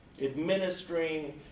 administering